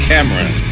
Cameron